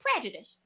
Prejudice